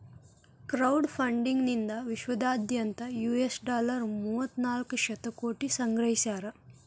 crowd funding ನಿಂದಾ ವಿಶ್ವದಾದ್ಯಂತ್ US dollar ಮೂವತ್ತನಾಕ ಶತಕೋಟಿ ಸಂಗ್ರಹಿಸ್ಯಾರ